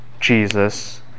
Jesus